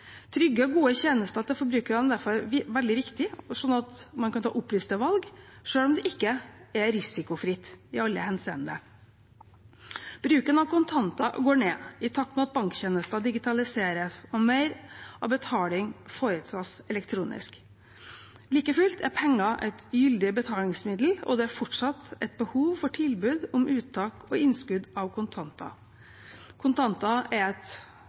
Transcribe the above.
forbrukerne er derfor veldig viktig, slik at man kan ta opplyste valg, selv om det ikke er risikofritt i alle henseende. Bruken av kontanter går ned i takt med at banktjenester digitaliseres og mer av betaling foretas elektronisk. Like fullt er penger et gyldig betalingsmiddel, og det er fortsatt et behov for tilbud om uttak og innskudd av kontanter. Kontanter er et